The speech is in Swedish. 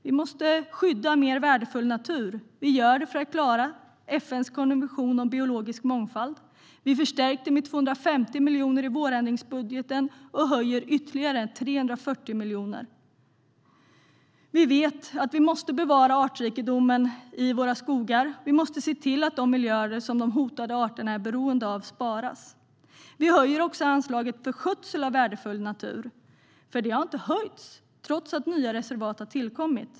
Vi måste skydda mer värdefull natur, och vi gör det för att klara FN:s konvention om biologisk mångfald. Vi förstärkte med 250 miljoner i vårändringsbudgeten och höjer med ytterligare 340 miljoner. Vi vet att vi måste bevara artrikedomen i våra skogar. Vi måste se till att de miljöer de hotade arterna är beroende av sparas. Vi höjer också anslaget för skötsel av värdefull natur, för det har inte höjts trots att nya reservat har tillkommit.